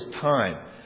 time